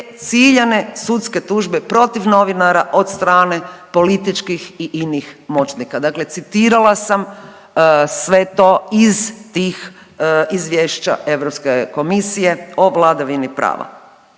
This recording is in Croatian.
ciljane sudske tužbe protiv novinara od strane političkih i inih moćnika. Dakle citirala sam sve to iz tih izvješća EU komisije o vladavini prava.